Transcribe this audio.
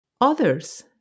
others